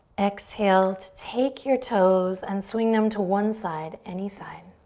exhale to take your toes and swing them to one side, any side.